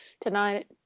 tonight